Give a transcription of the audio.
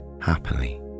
happily